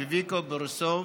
בויקו בוריסוב,